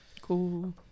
Cool